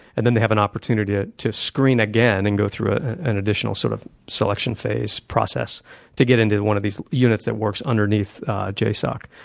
and then they have an opportunity ah to screen again and go through ah and additional sort of selection process to get into one of these units that works underneath jasoc.